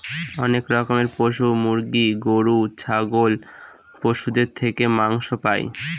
অনেক রকমের পশু মুরগি, গরু, ছাগল পশুদের থেকে মাংস পাই